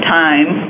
time